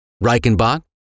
Reichenbach